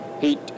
Heat